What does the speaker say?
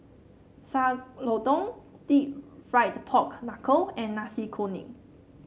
Sayur Lodeh deep fried Pork Knuckle and Nasi Kuning